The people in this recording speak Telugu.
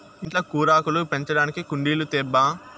ఇంట్ల కూరాకులు పెంచడానికి కుండీలు తేబ్బా